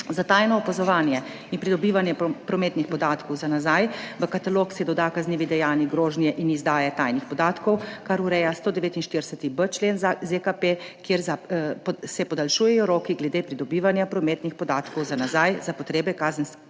za tajno opazovanje in pridobivanje prometnih podatkov za nazaj. V katalog se doda kaznivi dejanji grožnje in izdaje tajnih podatkov, kar ureja 149.b člen ZKP, kjer se podaljšujejo roki glede pridobivanja prometnih podatkov za nazaj za potrebe kazenskega